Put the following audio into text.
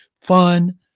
fun